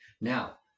Now